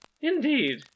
Indeed